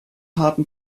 harten